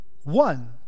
one